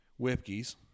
Whipkey's